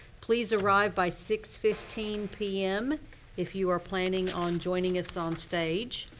please arrive by six fifteen pm if you are planning on joining us on stage.